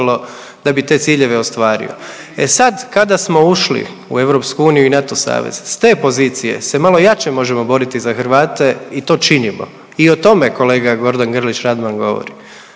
da bi te ciljeve ostvario. E sad kada smo ušli u EU i NATO savez, s te pozicije se malo jače možemo boriti za Hrvate i to činimo i o tome kolega Gordan Grlić Radman govori.